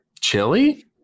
chili